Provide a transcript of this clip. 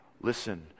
Listen